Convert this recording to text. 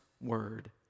Word